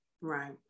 Right